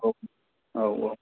औ औ औ